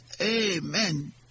Amen